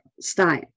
style